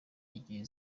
igihe